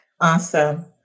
Awesome